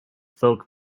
folk